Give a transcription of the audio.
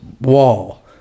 wall